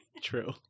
True